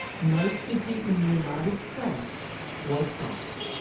no city in the united states was safe.